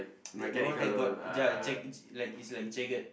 the the ones that got ya jag~ like it's like jagged